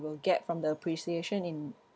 will get from the appreciation in